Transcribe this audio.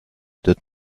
did